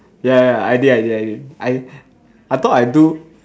ya ya I did I did I did I I thought I do